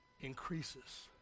increases